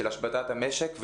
של השבתת המשק,